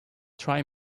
try